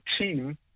team